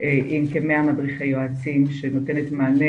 עם כ-100 מדריכי יועצים שנותנת מענה